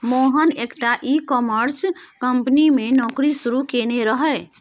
मोहन एकटा e commerce company मे नौकरी शुरू केने रहय